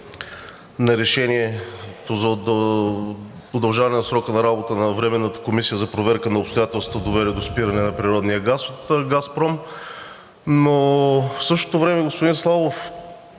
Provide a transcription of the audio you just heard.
предложението за удължаване на срока на работа на Временната комисия за проверка на обстоятелствата, довели до спиране на природния газ от „Газпром“, но в същото време, господин Славов,